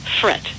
fret